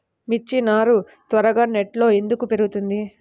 మిర్చి నారు త్వరగా నెట్లో ఎందుకు పెరుగుతుంది?